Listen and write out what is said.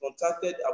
contacted